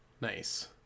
Nice